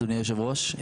אדוני היושב-ראש,